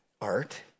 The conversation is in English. Art